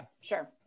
sure